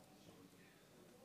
תודה,